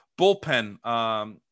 bullpen –